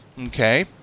Okay